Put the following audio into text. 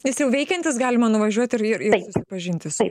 jis jau veikiantis galima nuvažiuot ir ir susipažinti su